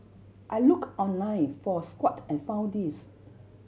I look online for a squat and found this